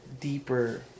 deeper